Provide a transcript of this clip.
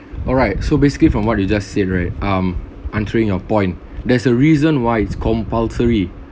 alright so basically from what you just say right um answering your point there's a reason why it's compulsory